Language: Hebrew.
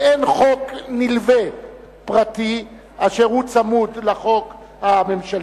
ואין חוק נלווה פרטי שהוא צמוד לחוק הממשלתי,